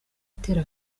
atera